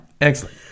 Excellent